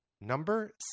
number